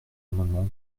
amendement